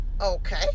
Okay